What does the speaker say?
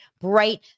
bright